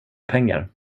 pengar